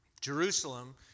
Jerusalem